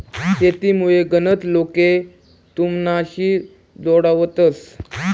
शेतीमुये गनच लोके तुमनाशी जोडावतंस